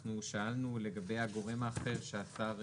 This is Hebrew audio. אנחנו שאלנו לגבי הגורם האחר שהשר קובע,